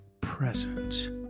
presence